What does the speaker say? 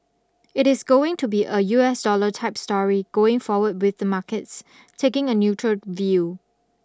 it is going to be a U S dollar type story going forward with markets taking a neutral view